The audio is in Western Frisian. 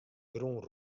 grûn